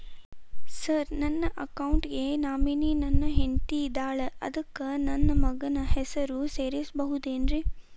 Sir ನನ್ನ account ಗೆ nominee ನನ್ನ ಹೆಂಡ್ತಿ ಇದ್ದಾಳ ಅದಕ್ಕ ನನ್ನ ಮಗನ ಹೆಸರು ಸೇರಸಬಹುದೇನ್ರಿ?